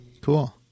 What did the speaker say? Cool